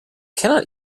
cannot